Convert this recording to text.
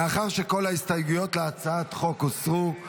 מאחר שכל ההסתייגויות להצעת החוק הוסרו,